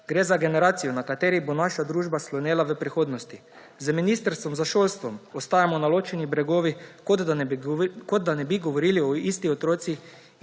Gre za generacijo, na kateri bo naša družba slonela v prihodnosti. Z ministrstvom za šolstvo ostajamo na ločenih bregovih, kot da ne bi govorili o istih otrocih